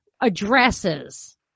addresses